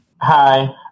Hi